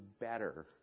better